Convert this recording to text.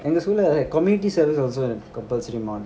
எங்க:enga school[lah] community service also a compulsory mod